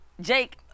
Jake